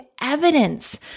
evidence